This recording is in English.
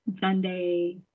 Sunday